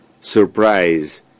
surprise